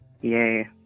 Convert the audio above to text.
Yay